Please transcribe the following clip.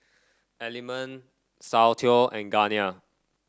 Element Soundteoh and Garnier